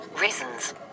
reasons